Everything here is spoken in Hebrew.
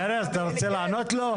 ארז אתה רוצה לענות לו?